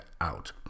out